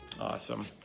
Awesome